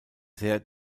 sehr